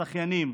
השחיינים,